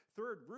Third